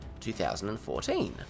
2014